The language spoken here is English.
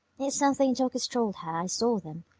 it's something dawker's told her i saw them.